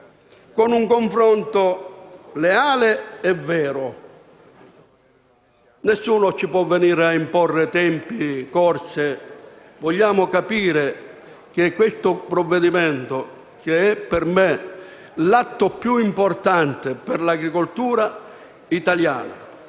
con un confronto leale e vero. Nessuno ci può imporre tempi e corse. Con questo provvedimento, che è per me l'atto più importante per l'agricoltura italiana,